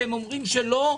שהם אומרים שלא,